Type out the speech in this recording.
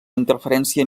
interferència